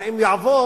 אבל אם הוא יעבור,